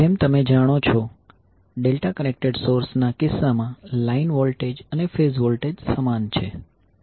જેમ તમે જાણો છો ડેલ્ટા કનેક્ટેડ સોર્સના કિસ્સામાં લાઇન વોલ્ટેજ અને ફેઝ વોલ્ટેજ સમાન છે